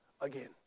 again